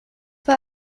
for